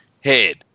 head